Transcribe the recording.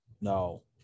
No